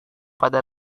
pada